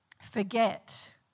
forget